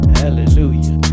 hallelujah